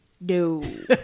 No